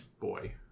boy